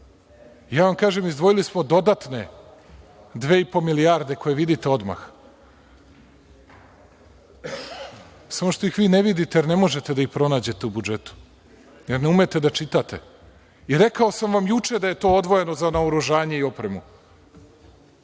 Ja vam kažem izdvojili smo dodatne dve i po milijarde koje vidite odmah, samo što ih vi ne vidite jer ne možete da ih pronađete u budžetu jer ne umete da čitate. Rekao sam vam juče da je to odvojeno za naoružanje i opremu.